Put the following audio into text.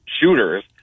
shooters